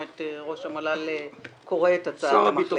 את ראש המל"ל קורא את הצעת המחליטים.